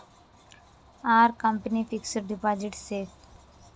Are company fixed deposit safe?